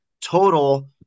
total